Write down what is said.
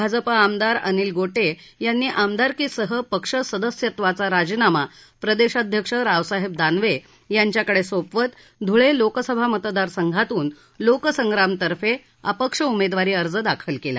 भाजप आमदार अनिल गोटे यांनी आमदारकीसह पक्ष सदस्यत्वाचा राजीनामा प्रदेशाध्यक्ष रावसाहेब दानवे यांच्याकडे सोपवत ध्ळे लोकसभा मतदार संघातून लोकसंग्राम तर्फे अपक्ष उमेदवारी अर्ज दाखल केला